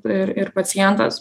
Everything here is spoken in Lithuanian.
ir ir pacientas